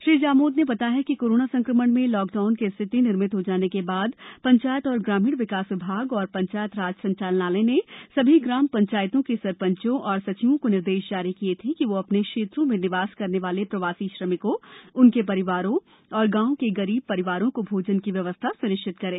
श्री जामोद ने बताया कि कोरोना संक्रमण में लॉक डाउन की स्थिति निर्मित हो जाने के बाद ंचायत एवं ग्रामीण विकास विभाग एवं ंचायत राज संचालनालय ने सभी ग्राम चायतों के सर चों और सचिवों को निर्देश जारी किए थे कि वह अ ने क्षेत्रों में निवास करने वाले प्रवासी श्रमिकों उनके सरिवारों तथा गांव के गरीब सरिवारों को भोजन की व्यवस्था स्निश्चित करें